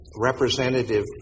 representative